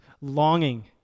longing